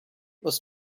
was